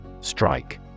Strike